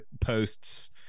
posts